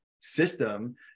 system